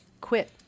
quit